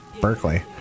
Berkeley